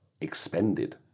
expended